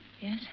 Yes